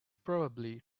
probably